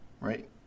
right